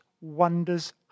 wonders